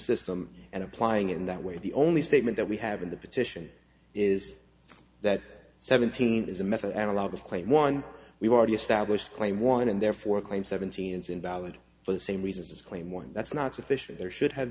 system and applying in that way the only statement that we have in the petition is that seventeen is a method analogue of claim one we've already established claim one and therefore claim seventeen is invalid for the same reasons claim one that's not sufficient there should have